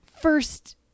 first